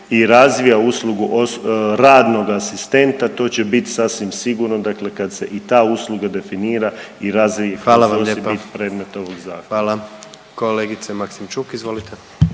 i razvija uslugu radnog asistenta to će biti sasvim sigurno, dakle kad se i ta usluga definira i razvije bit predmet ovog zakona.